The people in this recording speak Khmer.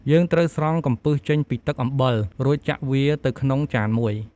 យើងត្រូវស្រង់កំពឹសចេញពីទឹកអំពិល រួចចាក់វាទៅក្នុងចានមួយ។